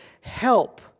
help